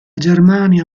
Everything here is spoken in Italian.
germania